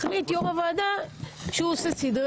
החליט יושב ראש הוועדה שהוא עושה סדרי